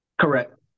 Correct